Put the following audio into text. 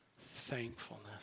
thankfulness